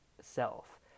self